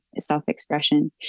self-expression